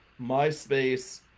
myspace